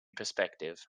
perspective